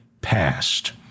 passed